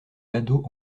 badauds